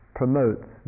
promotes